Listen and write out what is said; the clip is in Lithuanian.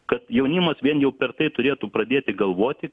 kad jaunimas vien jau per tai turėtų pradėti galvoti